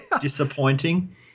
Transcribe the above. disappointing